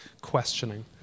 questioning